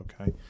okay